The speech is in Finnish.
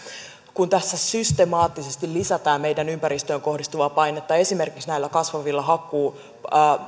kun tässä systemaattisesti lisätään meidän ympäristöömme kohdistuvaa painetta esimerkiksi näillä kasvavilla